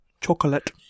chocolate